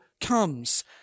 comes